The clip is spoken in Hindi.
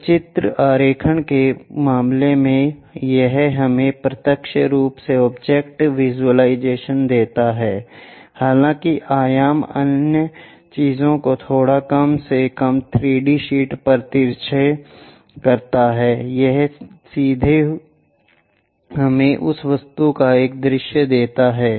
सचित्र आरेखण के मामले में यह हमें प्रत्यक्ष रूप से ऑब्जेक्ट विज़ुअलाइज़ेशन देता है हालांकि आयाम अन्य चीजों को थोड़ा कम से कम 2D शीट पर तिरछा करते हैं यह सीधे हमें उस वस्तु का एक दृश्य देता है